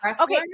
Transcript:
Okay